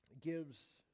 gives